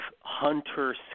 hunter